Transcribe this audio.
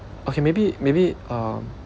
okay maybe maybe uh